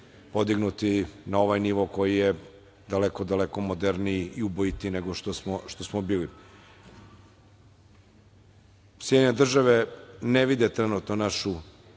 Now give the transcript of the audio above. podignuti na ovaj nivo koji je daleko, daleko moderniji i ubojitiji nego što smo bili. Sjedinjene Američke Države ne vide trenutno našu